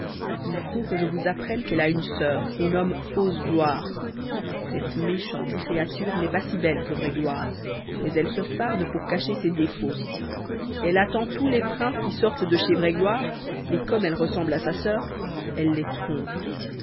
il faut que je vous apprenne qu'elle a une sœur qu'on nomme fausse gloire cette méchante créature n'est pas si belle que vraie gloire mais elle se farde pour cacher ses défauts elle attend tous les princes qui sortent de chez vraie gloire et comme elle ressemble à sa sœur elle les trompe